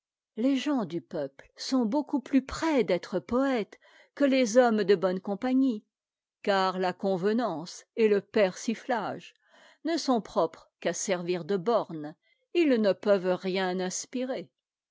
les gens du peuple sont beaucoup plus près d'être poëtes que les hommes de bonne compagnie car la convenance et le persiflage ne sont propres qu'à servir de bornes ils ne peuvent rien inspirer